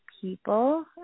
people